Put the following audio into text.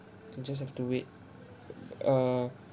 just have to wait err